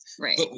Right